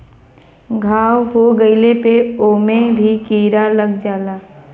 घाव हो गइले पे ओमे भी कीरा लग जाला